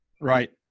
Right